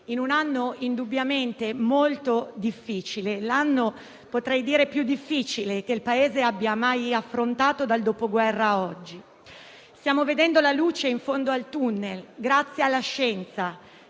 in un anno indubbiamente molto difficile, forse il più difficile che il Paese abbia mai affrontato dal dopoguerra a oggi. Stiamo vedendo la luce in fondo al tunnel, grazie alla scienza